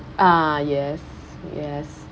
ah yes yes